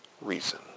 reason